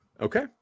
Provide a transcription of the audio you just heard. Okay